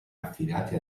affidati